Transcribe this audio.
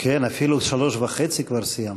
כן, אפילו שלוש וחצי כבר סיימת.